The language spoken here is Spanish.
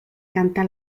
canta